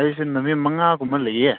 ꯑꯩꯁꯦ ꯅꯨꯃꯤꯠ ꯃꯉꯥꯒꯨꯝꯕ ꯂꯩꯑꯦ